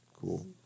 Cool